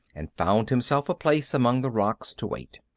and found himself a place among the rocks to wait,